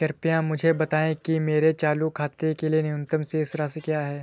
कृपया मुझे बताएं कि मेरे चालू खाते के लिए न्यूनतम शेष राशि क्या है?